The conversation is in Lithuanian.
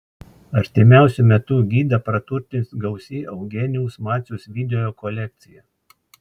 artimiausiu metu gidą praturtins gausi eugenijaus maciaus video kolekcija